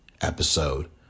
episode